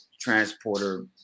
transporter